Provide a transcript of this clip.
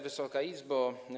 Wysoka Izbo!